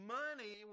money